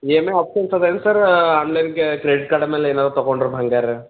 E M I options ಅದ ಏನು sir ಆನ್ಲೈನ್ಗೆ ಕ್ರೆಡಿಟ್ ಕಾರ್ಡ ಮೇಲೆ ಏನಾದ್ರು ತಗೊಂಡ್ರೆ ಬಂಗಾರ